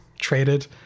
traded